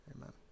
amen